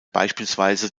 beispielsweise